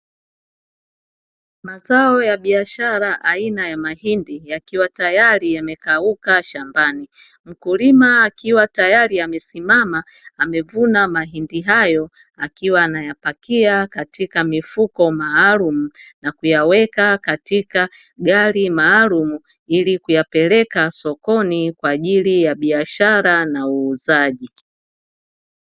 Mazao ya biashara aina ya mahindi, yakiwa tayari yamekauka shambani. Mkulima akiwa tayari amesimama, amevuna mahindi hayo; akiwa anayapakia katika mifuko maalumu na kuyaweka katika gari maalumu, ili kuyapeleka sokoni kwa ajili ya biashara na uuzaji.